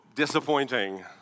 Disappointing